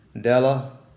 Della